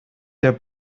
der